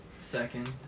Second